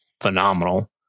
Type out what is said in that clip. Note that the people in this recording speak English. phenomenal